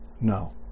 No